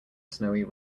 snowy